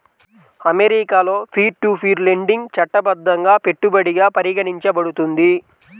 అమెరికాలో peer to peer lending చట్టబద్ధంగా పెట్టుబడిగా పరిగణించబడుతుంది